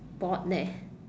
bored leh